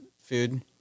food